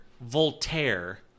Voltaire